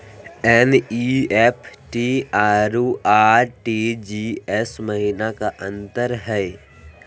NEFT अरु RTGS महिना का अंतर हई?